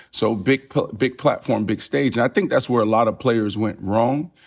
so big big platform, big stage. and i think that's where a lot of players went wrong,